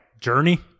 Journey